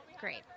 Great